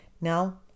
now